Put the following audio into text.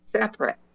separate